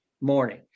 morning